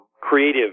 creative